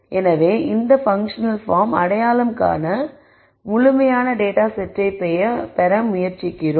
எனவே இந்த பன்க்ஷனல் பார்மை அடையாளம் காண முழுமையான டேட்டா செட்டை பெற முயற்சிக்கிறோம்